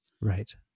Right